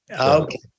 okay